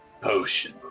potion